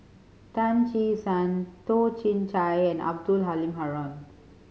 Tan Che Sang Toh Chin Chye and Abdul Halim Haron